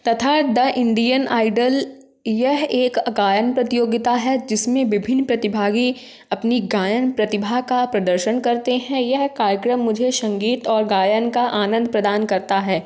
तथा the Indian Idol यह एक गायन प्रतियोगिता है जिसमें विभिन्न प्रतिभागी अपनी गायन प्रतिभा का प्रदर्शन करते हैं यह कार्यक्रम मुझे संगीत और गायन का आनंद प्रदान करता है